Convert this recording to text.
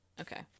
Okay